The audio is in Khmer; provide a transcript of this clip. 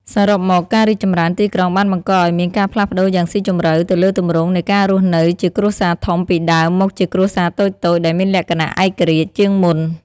សរុបមក ការរីកចម្រើនទីក្រុងបានបង្កឱ្យមានការផ្លាស់ប្ដូរយ៉ាងស៊ីជម្រៅទៅលើទម្រង់នៃការរស់នៅជាគ្រួសារធំពីដើមមកជាគ្រួសារតូចៗ ដែលមានលក្ខណៈឯករាជ្យជាងមុន។